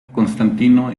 constantino